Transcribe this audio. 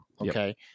Okay